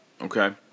Okay